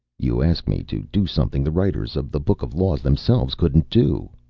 you ask me to do something the writers of the book of laws themselves couldn't do,